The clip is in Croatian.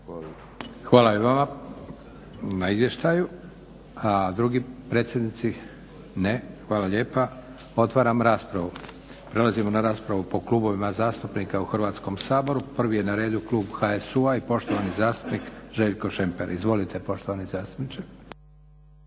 Hvala i vama na izvještaju. Drugi predsjednici? Ne. Hvala lijepa. Otvaram raspravu. Prelazimo na raspravu po klubovima zastupnika u Hrvatskom saboru. Prvi je na redu klub HSU-a i poštovani zastupnik Željko Šemper. Izvolite poštovani zastupniče.